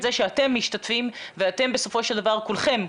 זה שאתם משתתפים ואתם בסופו של דבר כולכם,